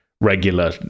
regular